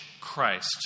Christ